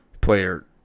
player